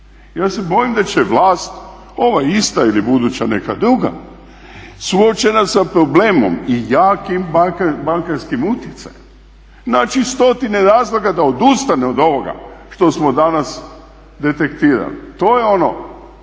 ja se bojim da će vlast ova ista ili buduća neka druga suočena sa problemom i jakim bankarskim utjecajem naći stotine razloga da odustane od ovoga što smo danas detektirali. To je ono